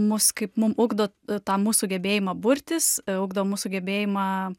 mus kaip mum ugdo tą mūsų gebėjimą burtis ugdo mūsų gebėjimą